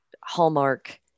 hallmark